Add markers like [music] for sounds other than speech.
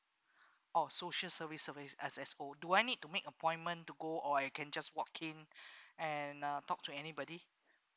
oh social service office S_S_O do I need to make appointment to go or I can just walk in [breath] and uh talk to anybody